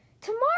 Tomorrow